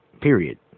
period